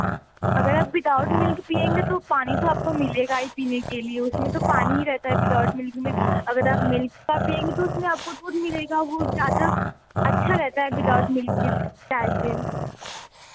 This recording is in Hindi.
अगर आप विदाउट मिल्क पिएँगे तो पानी तो आपको मिलेगा ही पीने के लिए उसमें तो पानी रहता है विदाउट मिल्क में अगर आप मिल्क का पिएँगे तो उसमें आपको दूध मिलेगा वह ज़्यादा अच्छा रहता है विदाउट मिल्क की चाय से